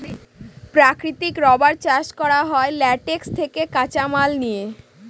প্রাকৃতিক রাবার চাষ করা হয় ল্যাটেক্স থেকে কাঁচামাল নিয়ে